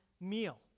meal